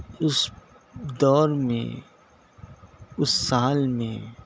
اس دور میں اس سال میں